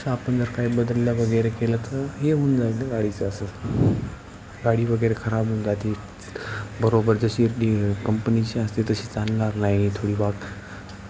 तर आपण जर काही बदलवगैरे केलं तर हे होऊन जाईलं गाडीचं असं गाडीवगैरे खराब होऊन जाते बरोबर जशी कंपनीची असते तशी चालणार नाही थोडी वाग